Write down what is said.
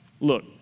Look